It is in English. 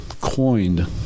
coined